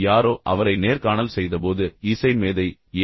யாரோ அவரை நேர்காணல் செய்தபோது இசை மேதை ஏ